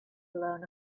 blown